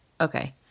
Okay